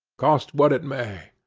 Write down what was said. cost what it may.